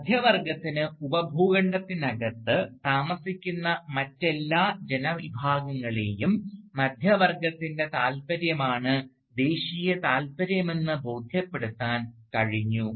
മധ്യവർഗത്തിന് ഉപഭൂഖണ്ഡത്തിനകത്ത് താമസിക്കുന്ന മറ്റെല്ലാ ജനവിഭാഗങ്ങളെയും മധ്യവർഗത്തിൻറെ താൽപര്യമാണ് ദേശീയ താൽപര്യമെന്ന് ബോധ്യപ്പെടുത്താൻ കഴിഞ്ഞു